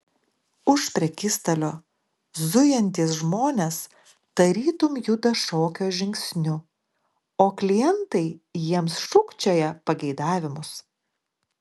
už prekystalio zujantys žmonės tarytum juda šokio žingsniu o klientai jiems šūkčioja pageidavimus